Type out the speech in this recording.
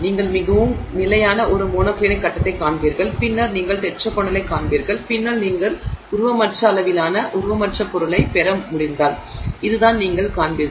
நீங்கள் மிகவும் நிலையான ஒரு மோனோக்ளினிக் கட்டத்தைக் காண்பீர்கள் பின்னர் நீங்கள் டெட்ராகோனலைக் காண்பீர்கள் பின்னர் நீங்கள் உருவமற்ற அளவிலான உருவமற்ற பொருளைப் பெற முடிந்தால் இதுதான் நீங்கள் காண்பீர்கள்